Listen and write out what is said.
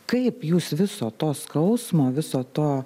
kaip jūs viso to skausmo viso to